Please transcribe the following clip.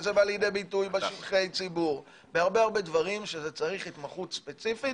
וזה בא לידי ביטוי בשטחי הציבור בהרבה דברים שצריך התמחות ספציפית